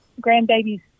grandbabies